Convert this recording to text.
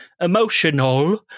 emotional